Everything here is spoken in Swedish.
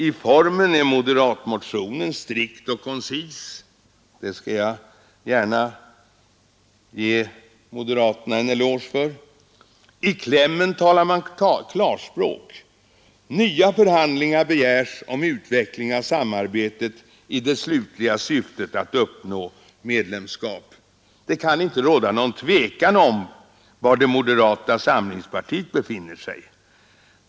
I formen är moderatmotionen strikt och koncis: det skall jag gärna ge moderaterna en eloge för. I klämmen talar man klarspråk. Nya förhandlingar begärs om utvecklingen av samarbetet i det slutliga syftet att uppnå medlemskap. Det kan inte råda någon tvekan om var moderata samlingspartiet befinner sig.